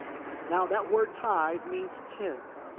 now that word tithe means tenth.